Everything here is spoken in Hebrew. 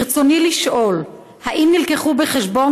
ברצוני לשאול: 1. האם הובאו בחשבון